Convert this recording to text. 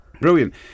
Brilliant